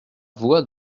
voix